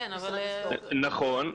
נכון,